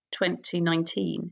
2019